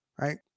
right